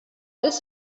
this